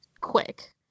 Quick